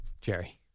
Jerry